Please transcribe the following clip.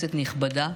כנסת נכבדה,